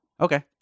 Okay